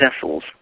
vessels